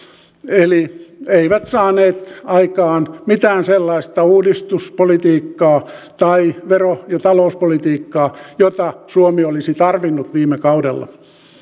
eli eivät saaneet aikaan mitään sellaista uudistuspolitiikkaa tai vero ja talouspolitiikkaa jota suomi olisi tarvinnut viime kaudella